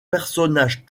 personnage